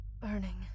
burning